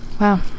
Wow